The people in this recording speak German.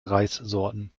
reissorten